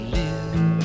live